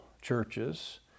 churches